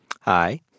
Hi